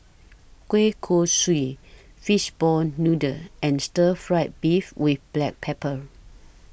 Kuih Kochi Fishball Noodle and Stir Fried Beef with Black Pepper